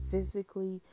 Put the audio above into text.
Physically